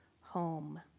home